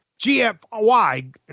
GFY